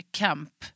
kamp